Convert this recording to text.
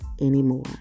anymore